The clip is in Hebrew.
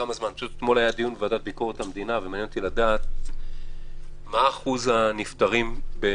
חומר למחשבה אתמול ועדת ביקורת המדינה עשו פילוח של נתונים גם מדוח